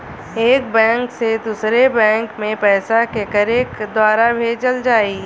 एक बैंक से दूसरे बैंक मे पैसा केकरे द्वारा भेजल जाई?